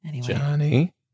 Johnny